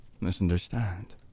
misunderstand